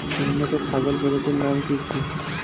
উন্নত ছাগল প্রজাতির নাম কি কি?